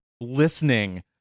listening